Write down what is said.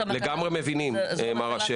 אנחנו מבינים לגמרי, מר אשר.